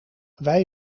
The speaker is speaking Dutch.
wij